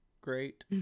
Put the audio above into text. great